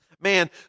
man